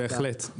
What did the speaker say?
בהחלט.